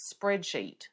spreadsheet